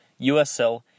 USL